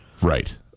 Right